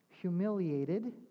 humiliated